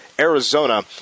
Arizona